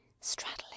straddling